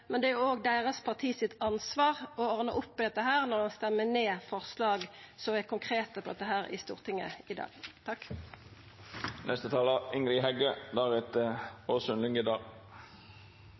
sitt ansvar å ordna opp i dette når dei stemmer ned forslag som er konkrete på dette i Stortinget i dag.